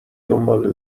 دنباله